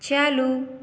चालू